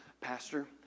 Pastor